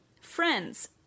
friends